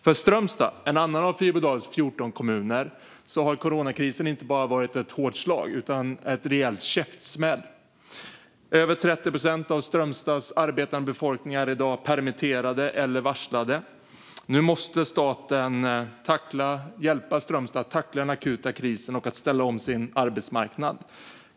För Strömstad, en annan av Fyrbodals 14 kommuner, har coronakrisen varit inte bara ett hårt slag utan en rejäl käftsmäll. Över 30 procent av Strömstads arbetande befolkning är i dag permitterad eller varslad. Nu måste staten hjälpa Strömstad att tackla den akuta krisen och ställa om sin arbetsmarknad.